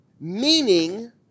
meaning